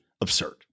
absurd